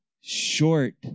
short